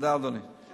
תודה, אדוני.